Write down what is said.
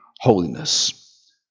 holiness